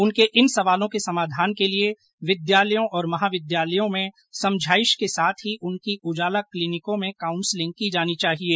उनके इन सवालों के समाधान के लिए विद्यालयों और महाविद्यालयों मैं समझाइश के साथ ही उनकी उजाला क्लीनिकों में काउंसलिंग की जानी चाहिये